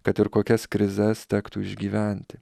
kad ir kokias krizes tektų išgyventi